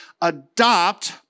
adopt